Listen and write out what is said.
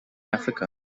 africa